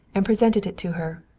and presented it to her.